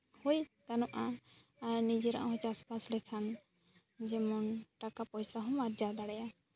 ᱦᱳᱭ ᱜᱟᱱᱚᱜᱼᱟ ᱟᱨ ᱱᱤᱡᱮᱨᱟᱜ ᱦᱚᱸ ᱪᱟᱥᱼᱵᱟᱥ ᱞᱮᱠᱷᱟᱱ ᱡᱮᱢᱚᱱ ᱴᱟᱠᱟ ᱯᱚᱭᱥᱟ ᱦᱚᱸᱢ ᱟᱨᱡᱟᱣ ᱫᱟᱲᱮᱭᱟᱜᱼᱟ